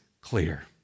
clear